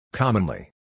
Commonly